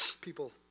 people